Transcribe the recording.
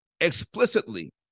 Explicitly